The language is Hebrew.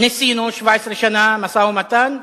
ניסינו 17 שנה משא-ומתן,